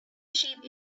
sheep